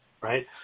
right